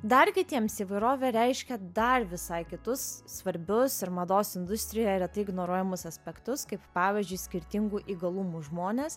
dar kitiems įvairovė reiškia dar visai kitus svarbius ir mados industrijoje retai ignoruojamus aspektus kaip pavyzdžiui skirtingų įgalumų žmones